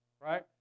Right